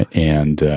and and,